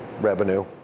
revenue